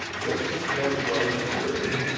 this is commander gross, security.